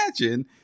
imagine